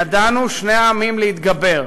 ידענו שני העמים להתגבר,